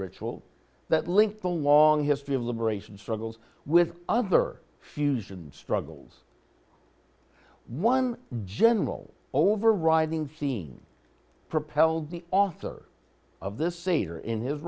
ritual that link the long history of liberation struggles with other fusions struggles one general overriding scene propelled the author of this center in his